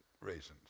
reasons